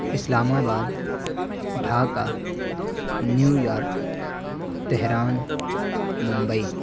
اسلام آباد Dhaka New York Tehran Mumbai